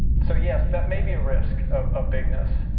so yes, that may be a risk of ah bigness.